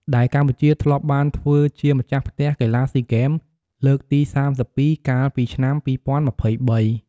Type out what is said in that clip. ដែលកម្ពុជាធ្លាប់បានធ្វើជាម្ចាស់ផ្ទះកីឡាស៊ីហ្គេមលើកទី៣២ កាលពីឆ្នាំ២០២៣។